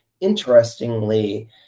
interestingly